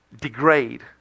degrade